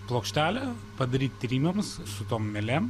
plokštelė padaryt tyrimams su tom mielėm